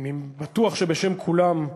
אני בטוח שבשם כולם,